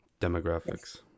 demographics